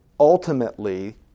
Ultimately